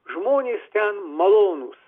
žmonės ten malonūs